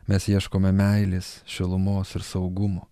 mes ieškome meilės šilumos ir saugumo